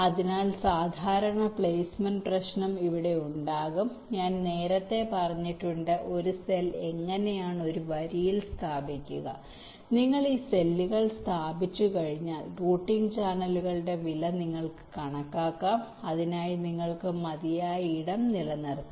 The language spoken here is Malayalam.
അതിനാൽ സാധാരണ പ്ലെയ്സ്മെന്റ് പ്രശ്നം ഇവിടെ ഉണ്ടാകും ഞാൻ നേരത്തെ പറഞ്ഞിട്ടുണ്ട് ഒരു സെൽ എങ്ങനെയാണ് ഒരു വരിയിൽ സ്ഥാപിക്കുക നിങ്ങൾ ഈ സെല്ലുകൾ സ്ഥാപിച്ചുകഴിഞ്ഞാൽ റൂട്ടിംഗ് ചാനലുകളുടെ വില നിങ്ങൾക്ക് കണക്കാക്കാം അതിനായി നിങ്ങൾക്ക് മതിയായ ഇടം നിലനിർത്താം